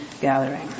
gathering